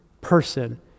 person